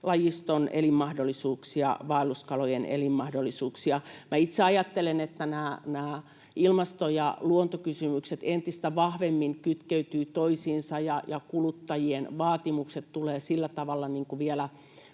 virtavesilajiston elinmahdollisuuksia, vaelluskalojen elinmahdollisuuksia. Minä itse ajattelen, että nämä ilmasto- ja luontokysymykset entistä vahvemmin kytkeytyvät toisiinsa ja kuluttajien vaatimukset tulevat sillä tavalla